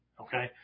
Okay